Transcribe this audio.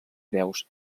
veus